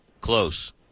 close